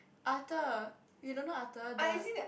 Arthur you don't know Arthur the